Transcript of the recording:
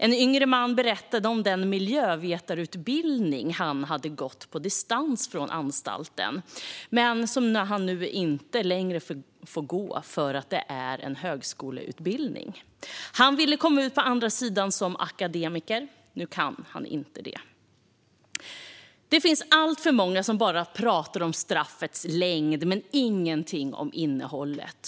En yngre man berättade om den miljövetarutbildning han hade gått på distans från anstalten men som han nu inte längre får gå, eftersom det är en högskoleutbildning. Han ville komma ut på andra sidan som akademiker - nu kan han inte det. Det finns alltför många som bara pratar om straffets längd men ingenting om innehållet.